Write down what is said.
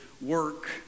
work